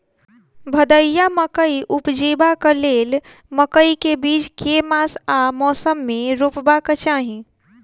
भदैया मकई उपजेबाक लेल मकई केँ बीज केँ मास आ मौसम मे रोपबाक चाहि?